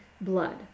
blood